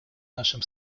нашим